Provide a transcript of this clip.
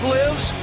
lives